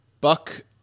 Buck